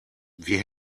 wir